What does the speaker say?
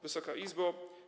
Wysoka Izbo!